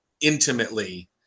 intimately